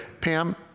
Pam